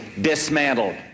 dismantled